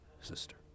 sister